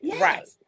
Right